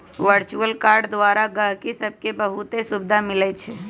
virtual card द्वारा गहकि सभके बहुते सुभिधा मिलइ छै